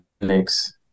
next